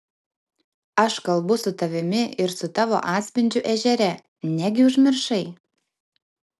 aš kalbu su tavimi ir su tavo atspindžiu ežere negi užmiršai